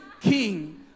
king